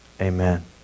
Amen